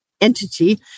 entity